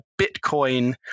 Bitcoin